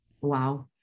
Wow